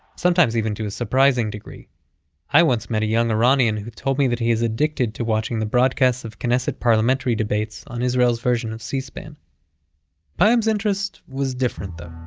sometimes even to a surprising degree i once met a young iranian who told me that he is addicted to watching the broadcasts of knesset parliamentary debates on israel's version of c-span payam's interest was different, though.